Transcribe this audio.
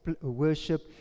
worship